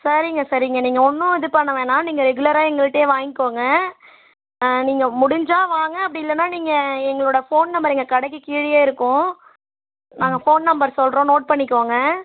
சரிங்க சரிங்க நீங்கள் ஒன்றும் இது பண்ண வேணாம் நீங்கள் ரெகுலராக எங்கள்ட்டேயே வாங்கிக்கங்க நீங்கள் முடிஞ்சால் வாங்க அப்படி இல்லைனா நீங்கள் எங்களோட ஃபோன் நம்பர் எங்கள் கடைக்கு கீழேயே இருக்கும் நாங்கள் ஃபோன் நம்பர் சொல்கிறோம் நோட் பண்ணிக்கங்க